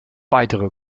weitere